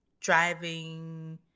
driving